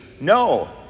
no